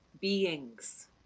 beings